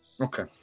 Okay